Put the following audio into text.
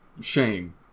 shame